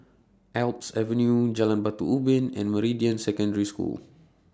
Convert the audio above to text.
Alps Avenue Jalan Batu Ubin and Meridian Secondary School